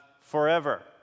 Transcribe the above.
forever